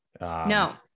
No